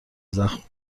زخم